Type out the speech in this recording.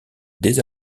dès